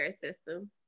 system